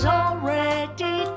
already